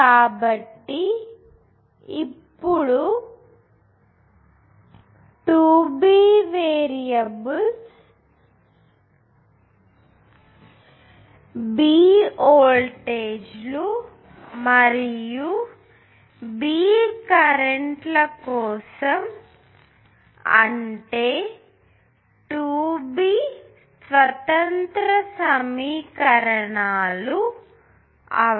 కాబట్టి ఇప్పుడు 2 B variables B వోల్టేజీలు మరియు B కరెంట్ల కోసం పరిష్కరించాలి అంటే 2 B స్వతంత్ర సమీకరణాలు అవసరం